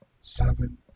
seven